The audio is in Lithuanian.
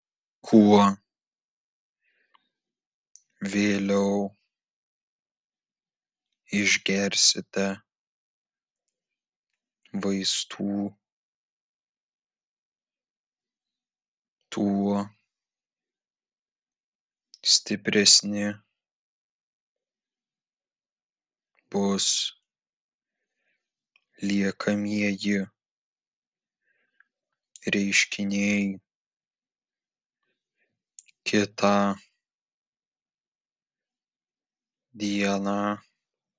kuo vėliau išgersite vaistų tuo stipresni bus liekamieji reiškiniai kitą dieną